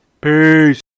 peace